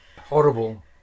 horrible